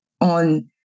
on